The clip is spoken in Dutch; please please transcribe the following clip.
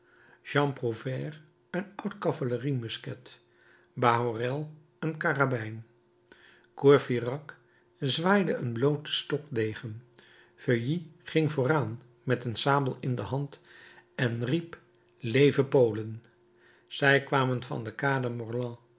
prouvaire een oud cavaleriemusket bahorel een karabijn courfeyrac zwaaide een blooten stokdegen feuilly ging vooraan met een sabel in de hand en riep leve polen zij kwamen van de